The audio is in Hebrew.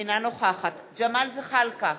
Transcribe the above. אינה נוכחת ג'מאל זחאלקה,